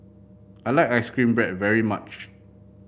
I like ice cream bread very much